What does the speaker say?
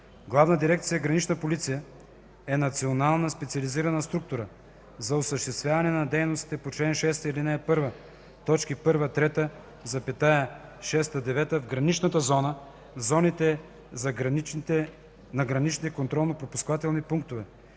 Главна дирекция „Гранична полиция” е национална специализирана структура за осъществяване на дейностите по чл. 6, ал. 1, т. 1-3, 6-9 в граничната зона, в зоните на граничните контролно-пропускателни пунктове,